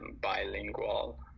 bilingual